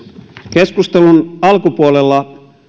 keskustelun alkupuolella